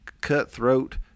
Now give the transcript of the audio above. cutthroat